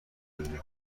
ببینه